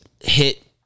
hit